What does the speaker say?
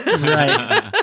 Right